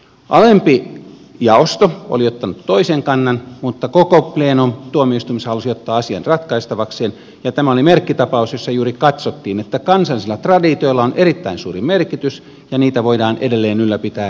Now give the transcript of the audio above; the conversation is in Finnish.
alempi jaosto oli ottanut toisen kannan mutta koko plenum tuomioistuimessa halusi ottaa asian ratkaistavakseen ja tämä oli merkkitapaus jossa juuri katsottiin että kansallisilla traditioilla on erittäin suuri merkitys ja niitä voidaan edelleen ylläpitää ihmisoikeussopimuksen puitteissa